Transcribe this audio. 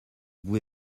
vous